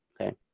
okay